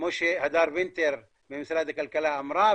כמו שהדר וינטר ממשרד הכלכלה אמרה,